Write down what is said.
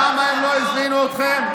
למה הם לא הזמינו אתכם?